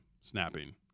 snapping